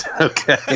okay